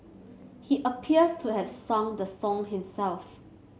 he appears to have sung the song himself